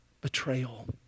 betrayal